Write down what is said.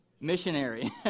Missionary